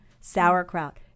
Sauerkraut